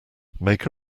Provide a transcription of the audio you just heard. make